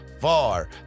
far